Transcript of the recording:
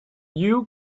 you